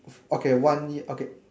okay one year okay